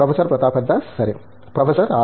professor Pratap Haridas సరే professor are